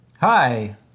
Hi